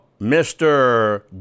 Mr